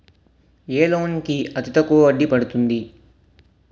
ఏ loan కి అతి తక్కువ వడ్డీ పడుతుంది?